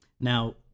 Now